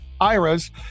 IRAs